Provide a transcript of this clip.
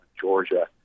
Georgia